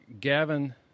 Gavin